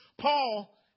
Paul